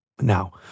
Now